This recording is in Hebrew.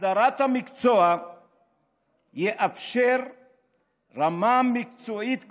הסדרת המקצוע תאפשר רמה מקצועית גבוהה,